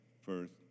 first